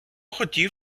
хотів